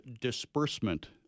disbursement